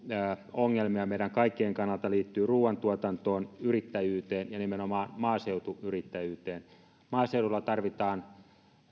ongelmia meidän kaikkien kannalta liittyy ruoantuotantoon yrittäjyyteen ja nimenomaan maaseutuyrittäjyyteen maaseudulla tarvitaan